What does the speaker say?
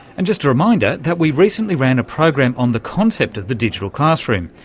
and just a reminder that we recently ran a program on the concept of the digital classroom.